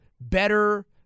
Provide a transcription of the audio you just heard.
better